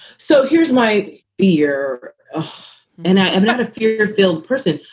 so here's my fear and i am not a future filled person.